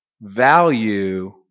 value